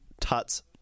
Tut's